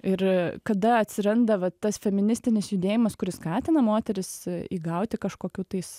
ir kada atsiranda va tas feministinis judėjimas kuris skatina moteris įgauti kažkokių tais